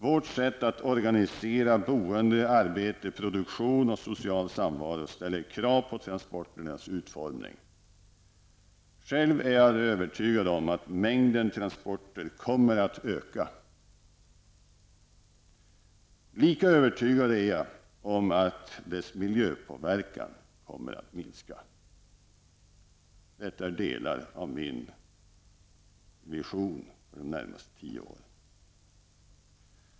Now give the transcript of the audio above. Vårt sätt att organisera boende, arbete, produktion och social samvaro ställer krav på transporternas utformning. Själv är jag övertygad om att mängden transporter kommer att öka. Lika övertygad är jag om att deras miljöpåverkan kommer att minska. Det är delar av min vision för de närmaste tio åren.